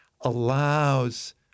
allows